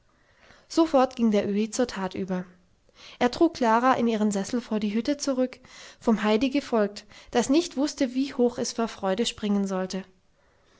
sofort ging der öhi zur tat über er trug klara in ihren sessel vor die hütte zurück vom heidi gefolgt das nicht wußte wie hoch es vor freude springen wollte